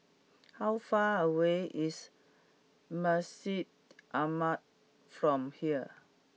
how far away is Masjid Ahmad from here